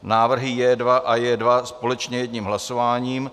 Návrhy J2 a J2 (?) společně jedním hlasováním.